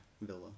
Villa